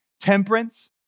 temperance